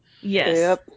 Yes